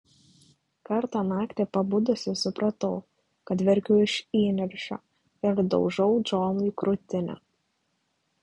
kartą naktį pabudusi supratau kad verkiu iš įniršio ir daužau džonui krūtinę